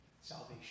Salvation